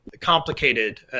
complicated